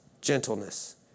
gentleness